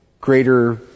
greater